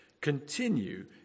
continue